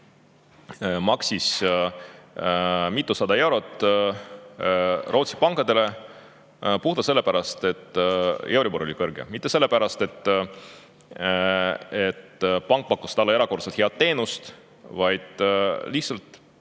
maksis mitusada eurot Rootsi pankadele puhtalt selle pärast, et euribor oli kõrge. Mitte selle pärast, et pank pakkus talle erakordselt head teenust, vaid lihtsalt